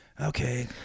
okay